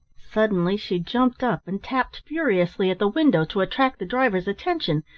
suddenly she jumped up and tapped furiously at the window to attract the driver's attention.